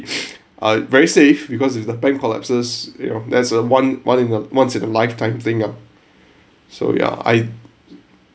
uh very safe because if the bank collapses you know there's a one one a once in a lifetime thing ah so ya I